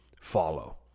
follow